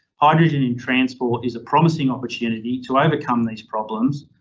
hydrogen in transport is a promising opportunity to overcome these problems,